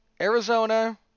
Arizona